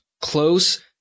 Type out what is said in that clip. close